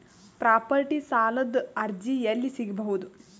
Property ಸಾಲದ ಅರ್ಜಿ ಎಲ್ಲಿ ಸಿಗಬಹುದು?